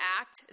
act